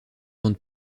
bande